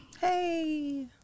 Hey